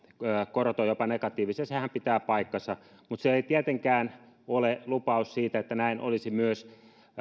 korot ovat jopa negatiivisia ja sehän pitää paikkansa mutta se ei tietenkään ole lupaus siitä että näin olisi myös